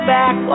back